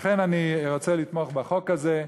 לכן אני רוצה לתמוך בחוק הזה.